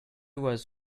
was